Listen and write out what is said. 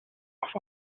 auf